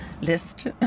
List